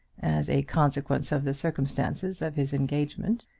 as a consequence of the circumstances of his engagement,